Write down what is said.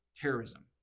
terrorism